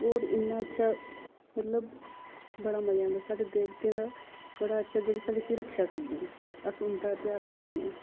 होर इ'न्ना अच्छा मतलब बड़ा मजा आंदा साढें देवतें दा बड़ा अच्छा जेह्ड़े साढ़ी कि रक्षा करदे न अस उं'दा तेहार मनान्ने आं